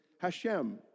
Hashem